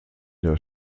der